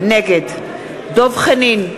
נגד דב חנין,